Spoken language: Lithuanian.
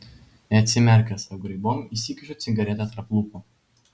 neatsimerkęs apgraibom įsikišu cigaretę tarp lūpų